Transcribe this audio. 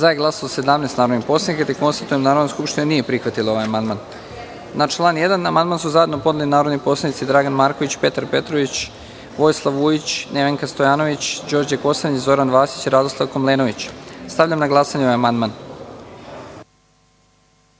prisutnog 171 narodnog poslanika. Konstatujem da Narodna skupština nije prihvatila ovaj amandman. Na član 1. amandman su zajedno podneli narodni poslanici Dragan Marković, Petar Petrović, Vojislav Vujić, Nevenka Stojanović, Đorđe Kosanić, Zoran Vasić i Radoslav Komlenović. Stavljam na glasanje ovaj amandman. Molim